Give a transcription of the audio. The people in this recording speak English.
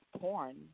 porn